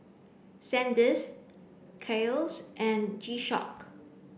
Sandisk Kiehl's and G Shock